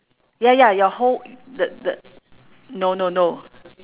ya ya your whole the the no no no